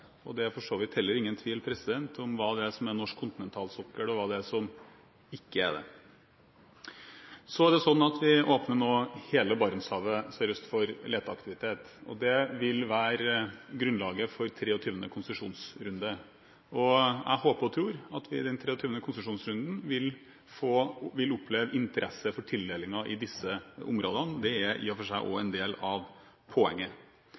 og det er for så vidt heller ingen tvil om hva det er som er norsk kontinentalsokkel, og hva det er som ikke er det. Vi åpner nå hele Barentshavet sørøst for leteaktivitet. Det vil være grunnlaget for 23. konsesjonsrunde. Jeg håper og tror at vi i den 23. konsesjonsrunden vil oppleve interesse for tildelinger i disse områdene. Det er i og for seg også en del av poenget.